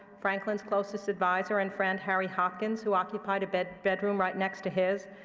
franklin's closest advisor and friend, harry hopkins, who occupied a but bedroom right next to his,